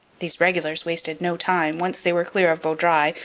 these regulars wasted no time, once they were clear of vaudreuil,